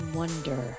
wonder